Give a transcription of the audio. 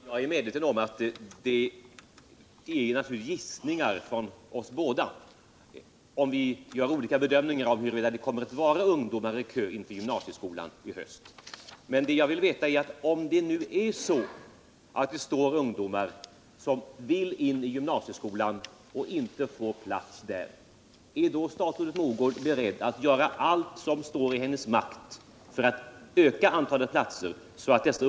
Herr talman! Jag är medveten om att det rör sig om gissningar från oss båda när vi gör bedömningar av huruvida det kommer att stå ungdomar i kö till gymnasieskolan i höst.